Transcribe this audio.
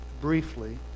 briefly